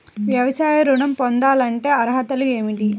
వ్యవసాయ ఋణం పొందాలంటే అర్హతలు ఏమిటి?